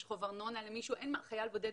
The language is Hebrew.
חייל בודד,